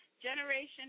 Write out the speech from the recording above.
generation